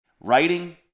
writing